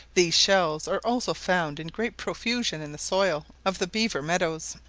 these shells are also found in great profusion in the soil of the beaver meadows.